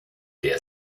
der